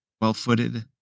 well-footed